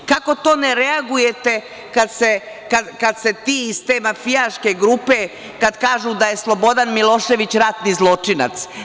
Kako to da ne reagujete kad ti iz te mafijaške grupe kažu da je Slobodan Milošević ratni zločinac?